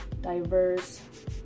diverse